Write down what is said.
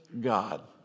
God